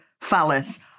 phallus